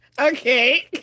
Okay